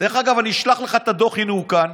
אני אשלח לך את הדוח, הינה, הוא כאן.